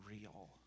real